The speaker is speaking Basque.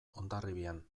hondarribian